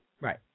Right